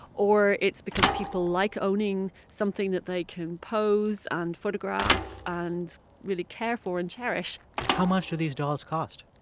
or it's because people like owning something that they can pose and photograph and really care for and cherish how much do these dolls cost?